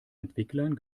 entwicklern